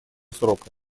срока